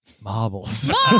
Marbles